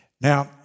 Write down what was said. Now